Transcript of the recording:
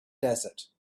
desert